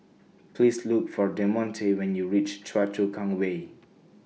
Please Look For Demonte when YOU REACH Choa Chu Kang Way